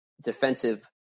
defensive